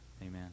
Amen